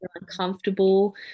uncomfortable